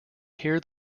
hear